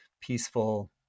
peaceful